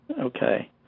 Okay